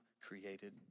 created